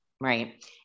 right